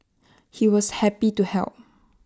he was happy to help